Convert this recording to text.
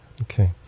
Okay